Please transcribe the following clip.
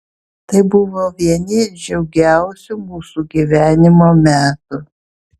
tai buvo vieni džiugiausių mūsų gyvenimo metų